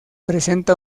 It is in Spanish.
presenta